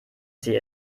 sie